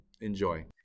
Enjoy